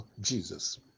Jesus